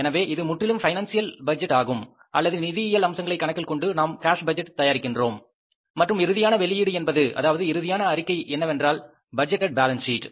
எனவே இது முற்றிலும் பைனான்சியல் பட்ஜெட் ஆகும் அல்லது நிதியியல் அம்சங்களை கணக்கில் கொண்டு நாம் கேஸ் பட்ஜெட் தயாரிக்கிறோம் மற்றும் இறுதியான வெளியீடு என்பது அதாவது இறுதியான அறிக்கை என்னவென்றால் பட்ஜெடட் பேலன்ஸ் சீட்